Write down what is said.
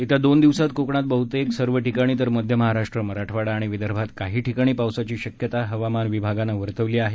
येत्या दोन दिवसांत कोकणात बहतेक सर्व ठिकाणी तर मध्य महाराष्ट्र मराठवाडा आणि विदर्भात काही ठिकाणी पावसाची शक्यता हवामान विभागानं वर्तवली आहे